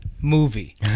movie